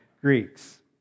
Greeks